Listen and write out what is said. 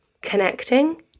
connecting